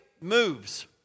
moves